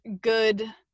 good